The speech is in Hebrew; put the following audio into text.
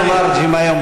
אנחנו לארג'ים היום,